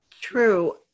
True